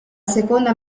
seconda